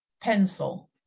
pencil